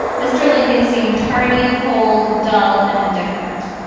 mr. lincoln seemed tardy, cold, dull and indifferent.